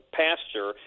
pasture